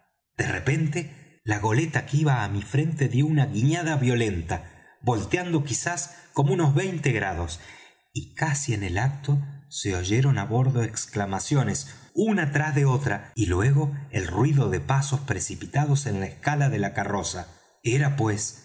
de repente la goleta que iba á mi frente dió una guiñada violenta volteando quizás como unos veinte grados y casi en el acto se oyeron á bordo exclamaciones una tras de otra y luego el ruido de pasos precipitados en la escala de la carroza era pues